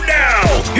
now